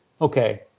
okay